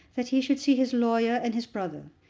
that he should see his lawyer and his brother.